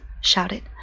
shouted